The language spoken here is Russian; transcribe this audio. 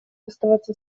оставаться